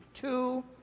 two